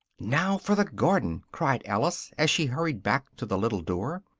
now for the garden! cried alice, as she hurried back to the little door,